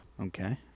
Okay